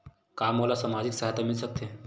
का मोला सामाजिक सहायता मिल सकथे?